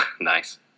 nice